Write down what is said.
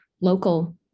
local